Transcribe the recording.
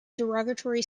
derogatory